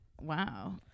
wow